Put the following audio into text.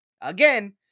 again